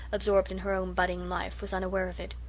absorbed in her own budding life, was unaware of it.